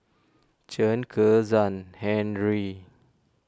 Chen Kezhan Henri